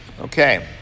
okay